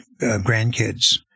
grandkids